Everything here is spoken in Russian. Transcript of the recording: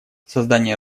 создание